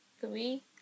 Three